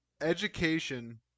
education